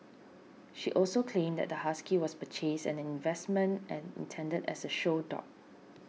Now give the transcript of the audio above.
she also claimed that the husky was purchased as an investment and intended as a show dog